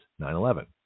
9-11